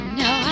no